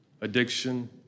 addiction